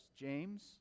James